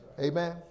amen